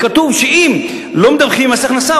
כתוב שאם לא מדווחים על מס הכנסה,